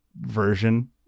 version